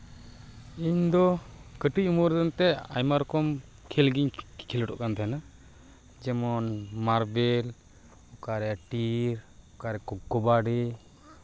ᱤᱧ ᱫᱚ ᱠᱟᱹᱴᱤᱡ ᱩᱢᱮᱨ ᱨᱮ ᱮᱱᱛᱮᱜ ᱟᱭᱢᱟ ᱨᱚᱠᱚᱢ ᱠᱷᱮᱞ ᱜᱤᱧ ᱠᱷᱮᱞᱳᱰᱚᱜ ᱠᱟᱱ ᱛᱟᱦᱮᱱᱟ ᱡᱮᱢᱚᱱ ᱢᱟᱨᱵᱮᱞ ᱚᱠᱟᱨᱮ ᱴᱤᱨ ᱚᱠᱟᱨᱮ ᱠᱚᱵᱟᱰᱤ